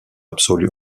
absolu